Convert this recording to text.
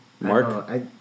Mark